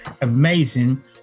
amazing